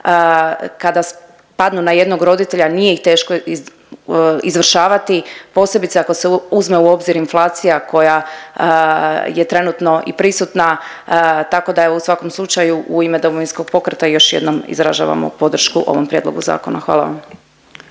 kada spadnu na jednog roditelja nije ih teško izvršavati, posebice ako se uzme inflacija koja je trenutno i prisutna tako da evo u svakom slučaju u ime Domovinskog pokreta još jednom izražavamo podršku ovom prijedlogu zakona. Hvala vam.